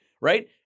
Right